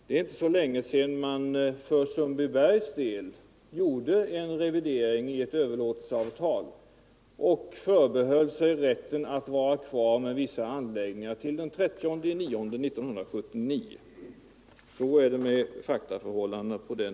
Det är inte så länge sedan man för Sundbybergs del gjorde en revidering i ett överlåtelseavtal och förbehöll staten rätten att vara kvar med vissa anläggningar till den 30 september 1979. Så är det med fakta på den punkten.